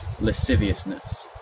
lasciviousness